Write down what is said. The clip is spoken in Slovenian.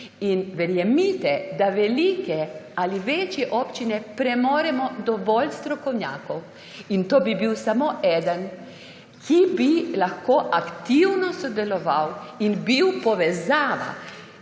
In verjemite, da velike ali večje občine premoremo dovolj strokovnjakov, in to bi bil samo eden, ki bi lahko aktivno sodeloval in bil povezava